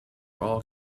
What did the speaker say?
all